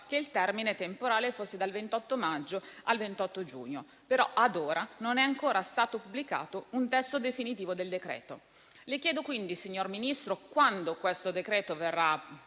che il termine temporale fosse dal 28 maggio al 28 giugno; però ad ora non è ancora stato pubblicato un testo definitivo del decreto. Le chiedo quindi, signor Ministro, quando verrà